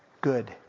Good